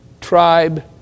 tribe